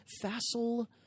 facile